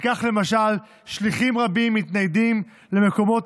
וכך למשל שליחים רבים מתניידים למקומות